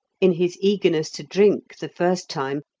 in his eagerness to drink, the first time,